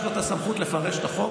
יש לו את הסמכות לפרש את החוק,